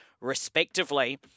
respectively